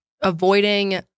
avoiding